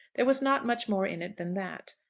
there was not much more in it than that.